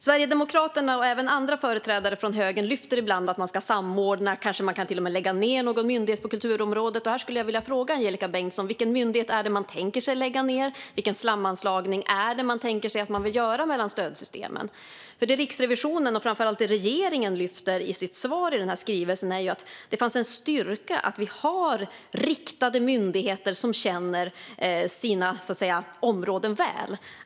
Sverigedemokraterna och även andra företrädare från högern lyfter ibland fram samordning och nedläggning av någon myndighet på kulturområdet. Här skulle jag vilja fråga Angelika Bengtsson vilken myndighet man tänker sig lägga ned och vilken sammanslagning man tänker sig mellan stödsystemen. Det Riksrevisionen lyfter fram, och även regeringen i skrivelsen, är att det finns en styrka i att det finns riktade myndigheter som känner sina områden väl.